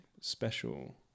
special